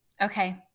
Okay